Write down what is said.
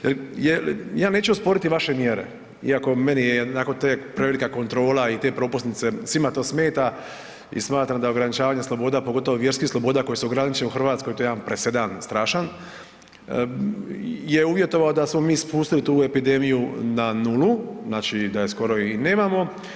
Ja neću osporiti vaše mjere iako, meni je onako, te prevelika kontrola i te propusnice, svima to smeta i smatram da ograničavanje sloboda, pogotovo vjerskih sloboda koje su ograničene u Hrvatskoj, to je jedan presedan strašan, je uvjetovao da smo mi spustili epidemiju na nulu, znači da je skoro i nemamo.